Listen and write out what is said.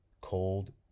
cold